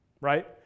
right